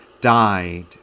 died